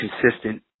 consistent